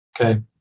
Okay